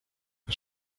was